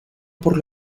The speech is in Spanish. por